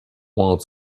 want